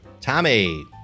Tommy